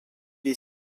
est